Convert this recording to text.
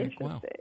wow